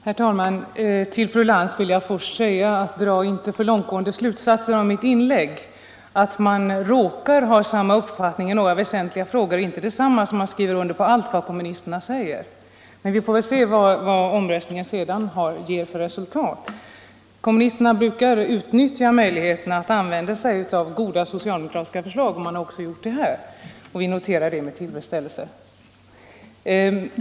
Herr talman! Till fru Lantz vill jag först säga: Dra inte för långtgående slutsatser av mitt inlägg! Att man råkar ha samma uppfattning i några väsentliga frågor är inte detsamma som att man skriver under på allt vad kommunisterna kommer med. Vi får väl se vad omröstningen ger för resultat. Kommunisterna brukar utnyttja möjligheten att använda sig av goda socialdemokratiska förslag, och man har även gjort det här. Vi noterar det med tillfredsställelse.